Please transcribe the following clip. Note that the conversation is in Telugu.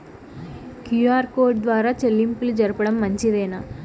క్యు.ఆర్ కోడ్ ద్వారా చెల్లింపులు జరపడం మంచిదేనా?